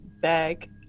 bag